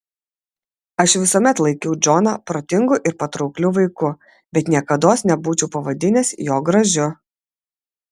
aš visuomet laikiau džoną protingu ir patraukliu vaiku bet niekados nebūčiau pavadinęs jo gražiu